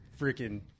freaking